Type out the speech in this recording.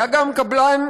היה גם קבלן